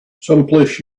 someplace